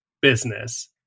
business